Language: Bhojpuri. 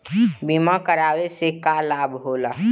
बीमा करावे से का लाभ होला?